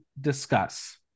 discuss